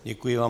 Děkuji vám.